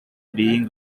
being